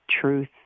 truth